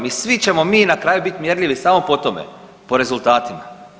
I svi ćemo mi na kraju biti mjerljivi samo po tome, po rezultatima.